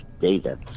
data